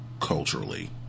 culturally